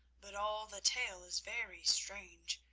but all the tale is very strange.